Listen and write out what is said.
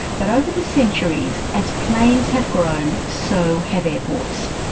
but over the centuries as planes have grown so have airports.